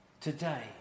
today